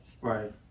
right